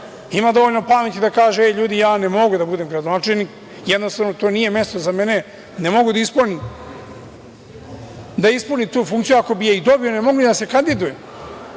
ima dovoljno pameti da kaže – e, ljudi ja ne mogu da budem gradonačelnik, jednostavno to nije mesto za mene, ne mogu da ispunim tu funkciju, iako bih je dobio, ne mogu, ja se kandidujem,